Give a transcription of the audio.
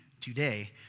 Today